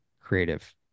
creative